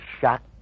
shot